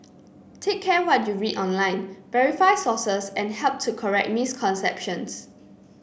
take care what you read online verify sources and help to correct misconceptions